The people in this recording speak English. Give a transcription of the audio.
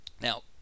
Now